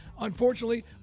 unfortunately